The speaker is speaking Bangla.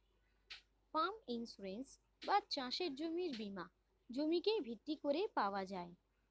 ফার্ম ইন্সুরেন্স বা চাষের জমির বীমা জমিকে ভিত্তি করে পাওয়া যায়